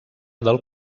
del